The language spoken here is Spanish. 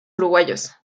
uruguayos